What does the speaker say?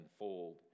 unfold